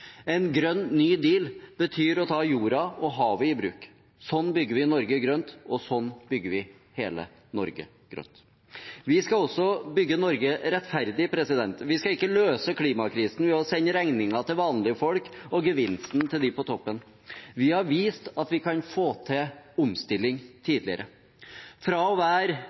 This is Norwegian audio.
En grønn ny deal betyr å ta jorda og havet i bruk. Sånn bygger vi hele Norge grønt. Vi skal også bygge Norge rettferdig. Vi skal ikke løse klimakrisen ved å sende regningen til vanlige folk og gevinsten til dem på toppen. Vi har tidligere vist at vi kan få til omstilling. Fra å være en av de virkelig store forurenserne på 1950-, 1960- og